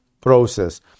process